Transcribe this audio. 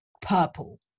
purple